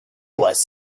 was